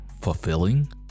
fulfilling